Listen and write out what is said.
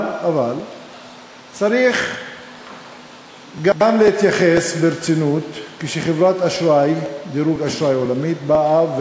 אבל צריך גם להתייחס ברצינות כשחברת דירוג אשראי עולמית באה,